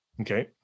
Okay